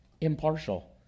impartial